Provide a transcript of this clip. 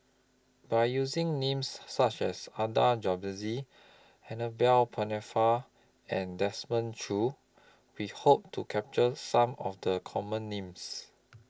By using Names such as Adan Jimenez Annabel Pennefather and Desmond Choo We Hope to capture Some of The Common Names